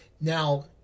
Now